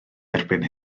erbyn